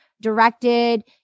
directed